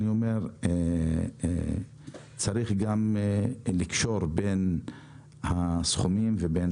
אני אומר שצריך לקשור בין הסכומים לבין